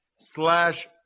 slash